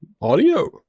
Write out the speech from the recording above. Audio